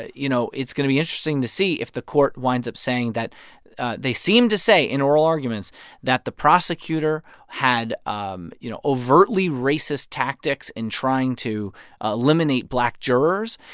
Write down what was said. you know, it's going to be interesting to see if the court winds up saying that they seem to say in oral arguments that the prosecutor had, um you know, overtly racist tactics in trying to ah eliminate black jurors.